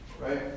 Right